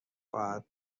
خواهد